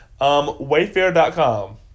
Wayfair.com